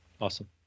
Awesome